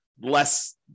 less